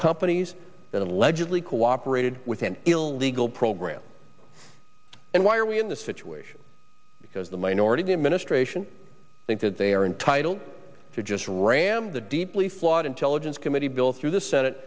companies that allegedly cooperated with an illegal program and why are we in this situation because the minority the administration think that they are entitled to just ram the deeply flawed intelligence committee bill through the se